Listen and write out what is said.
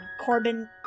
Corbin